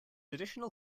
additional